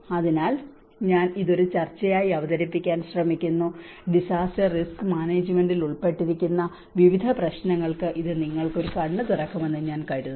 അതിനാൽ ഞാൻ ഇത് ഒരു ചർച്ചയായി അവതരിപ്പിക്കാൻ ശ്രമിക്കുന്നു ഡിസാസ്റ്റർ റിസ്ക് മാനേജ്മെന്റിൽ ഉൾപ്പെട്ടിരിക്കുന്ന വിവിധ പ്രശ്നങ്ങൾക്ക് ഇത് നിങ്ങൾക്ക് ഒരു കണ്ണ് തുറക്കുമെന്ന് ഞാൻ കരുതുന്നു